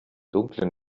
dunklen